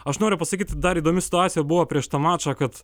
aš noriu pasakyti dar įdomi situacija buvo prieš tą mačą kad